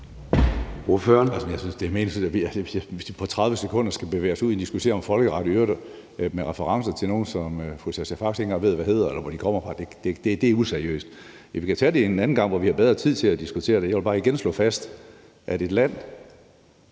hvis vi på 30 sekunder skal bevæge os ud i at diskutere folkeret, i øvrigt med referencer til nogle, hvor fru Sascha Faxe ikke engang ved, hvad de hedder, eller hvor de kommer fra, så bliver det useriøst. Vi kan tage det en anden gang, hvor vi har bedre tid til at diskutere det. Jeg vil bare igen slå fast, at et land,